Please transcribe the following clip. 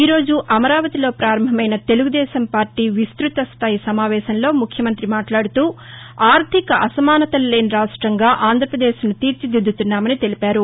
ఈ రోజు అమరావతిలో పారంభమైన తెలుగుదేశం పార్టీ విస్త్రత స్వాయి సమావేశంలో ముఖ్యమంతి మాట్లాడుతూఆర్ధిక అసమానతలు లేని రాష్టంగా ఆంధ్రప్రదేశ్ను తీర్చిదిద్యతున్నామని తెలిపారు